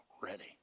ready